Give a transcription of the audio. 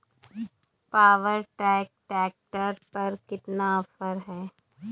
Power track tractor पर कितना offer है?